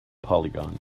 polygon